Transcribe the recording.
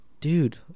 dude